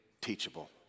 teachable